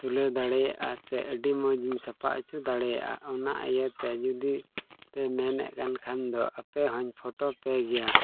ᱛᱩᱞᱟᱹᱣ ᱫᱟᱲᱮᱭᱟᱜ ᱥᱮ ᱟᱹᱰᱤ ᱢᱚᱡᱤᱧ ᱥᱟᱯᱷᱟ ᱦᱚᱪᱚ ᱫᱟᱲᱮᱭᱟᱜᱼᱟ ᱚᱱᱟ ᱤᱭᱟᱹᱛᱮ ᱡᱩᱫᱤ ᱯᱮ ᱢᱮᱱᱮᱫ ᱠᱟᱱ ᱠᱷᱟᱱ ᱫᱚ ᱟᱯᱮ ᱦᱚᱧ ᱯᱷᱳᱴᱳ ᱯᱮ ᱜᱮᱭᱟ